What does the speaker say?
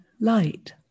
light